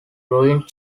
ruined